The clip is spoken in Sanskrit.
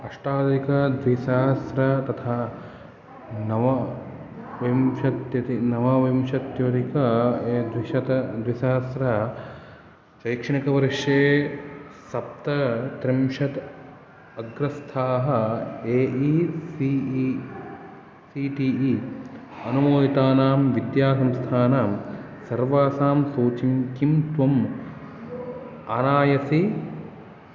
अष्टाधिकद्विसहस्र तथा नवविंशत्य नवविंशत्यधिकद्विशतद्विसहस्रशैक्षणिकवर्षे सप्तत्रिंशत् अग्रस्थाः A E C E C T E अनुमोदितानां विद्यासंस्थानां सर्वासां सूचीं किं त्वम् आनयसि